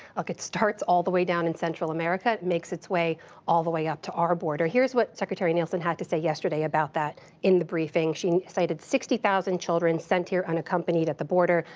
ok, it starts all the way down in central america, makes its way all the way up to our border. here's what secretary nielsen had to say yesterday about that in the briefing. she cited sixty thousand children sent here unaccompanied at the border,